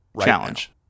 Challenge